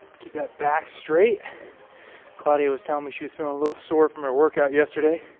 keep that back straight claudia was telling me she was feeling a little sore from her workout yesterday